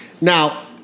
now